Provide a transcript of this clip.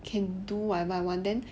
can do whatever I want then